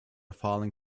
falling